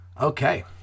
Okay